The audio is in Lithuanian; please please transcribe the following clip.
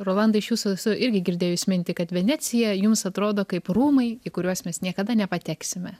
rolanda iš jūsų esu irgi girdėjus mintį kad venecija jums atrodo kaip rūmai į kuriuos mes niekada nepateksime